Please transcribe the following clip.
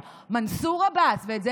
גם בימים אלו,